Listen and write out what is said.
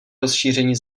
rozšíření